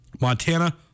Montana